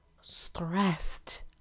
stressed